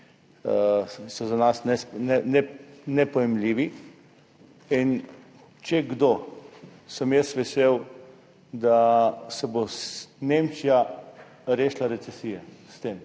je za nas nepojmljiv. In če kdo, sem jaz vesel, da se bo s tem Nemčija rešila recesije, ker